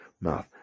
mouth